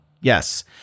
yes